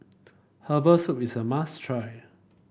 Herbal Soup is a must try